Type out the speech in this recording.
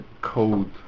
code